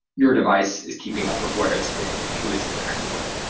your device is keeping up with where it's been and who its interacted with.